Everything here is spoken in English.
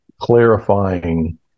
clarifying